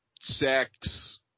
sex